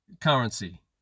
currency